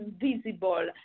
invisible